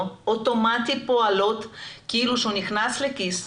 אוטומטית פועלות כאילו שהוא נכנס לכיס,